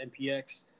MPX